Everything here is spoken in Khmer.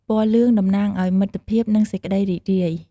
ពណ៌លឿង តំណាងឲ្យ មិត្តភាព និង សេចក្តីរីករាយ។